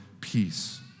peace